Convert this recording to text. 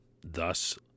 thus